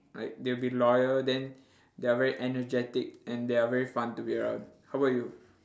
like they will be loyal then they are very energetic and they are very fun to be around how about you